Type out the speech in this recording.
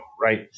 right